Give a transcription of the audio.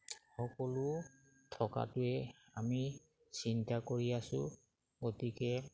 সকলো থকাটোৱে আমি চিন্তা কৰি আছোঁ গতিকে